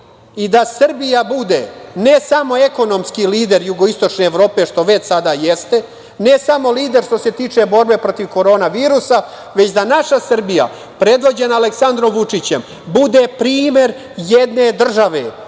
i da Srbija bude ne samo ekonomski lider jugoistočne Evrope, što već sada jeste, ne samo lider što se tiče borbe protiv korona virusa, već da naša Srbija, predvođena Aleksandrom Vučićem bude primer jedne države,